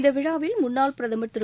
இந்த விழாவில் முன்னாள் பிரதமர் திரு